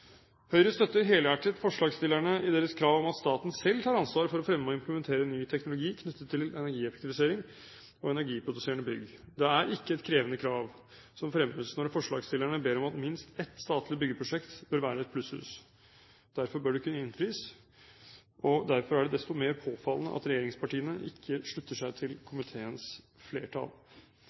Høyre støtter helhjertet forslagsstillerne i deres krav om at staten selv tar ansvar for å fremme og implementere ny teknologi knyttet til energieffektivisering og energiproduserende bygg. Det er ikke et krevende krav som fremmes når forslagsstillerne ber om at minst ett statlig byggeprosjekt bør være et plusshus. Derfor bør det kunne innfris, og derfor er det desto mer påfallende at regjeringspartiene ikke slutter seg til komiteens flertall.